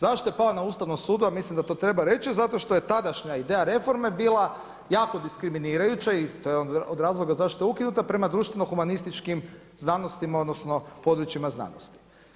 Zašto je pala na Ustavnom sudu a mislim da to treba reći, zašto je tadašnja ideja reforme bila jako diskriminirajuća i to je od razloga što je ukinuta prema društveno-humanističkim znanostima odnosno područjima znanosti.